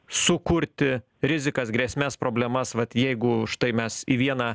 sukurti rizikas grėsmes problemas vat jeigu štai mes į vieną